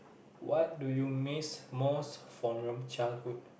what do you miss most from your childhood